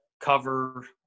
cover